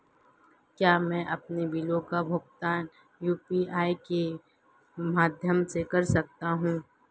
क्या मैं अपने बिलों का भुगतान यू.पी.आई के माध्यम से कर सकता हूँ?